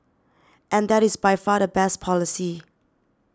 and that is by far the best policy